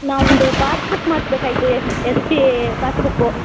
ನಾವು ಒಂದು ಪಾಸ್ಬುಕ್ ಮಾಡ್ಸ್ಬೇಕಾಗಿತ್ರಿ S S B I passbook